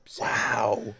wow